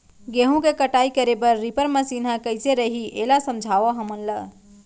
गेहूँ के कटाई करे बर रीपर मशीन ह कइसे रही, एला समझाओ हमन ल?